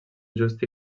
just